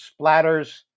splatters